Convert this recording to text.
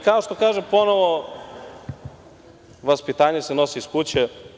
Kao što kažem, ponovo, vaspitanje se nosi iz kuće.